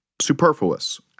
Superfluous